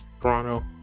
Toronto